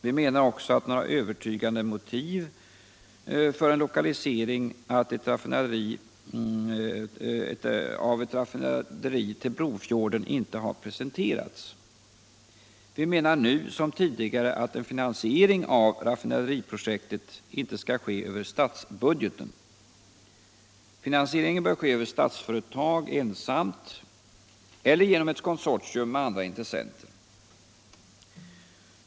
Vi menar också att några övertygande motiv för en lokalisering av ett raffinaderi till Brofjorden inte presenterats. Vi menar nu som tidigare att en finansiering av raffinaderiprojekt inte skall ske över statsbudgeten. Finansieringen bör ske över Statsföretag ensamt eller genom ett konsortium med andra intressenter.